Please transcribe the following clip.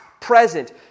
present